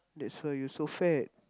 that's why you so fat